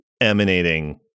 emanating